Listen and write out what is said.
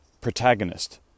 Protagonist